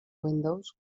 windows